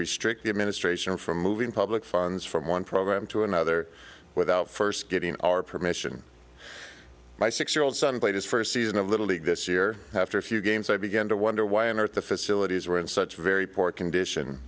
restrict the administration from moving public funds from one program to another without first getting our permission my six year old son played his first season of little league this year after a few games i began to wonder why on earth the facilities were in such very poor condition